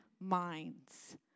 minds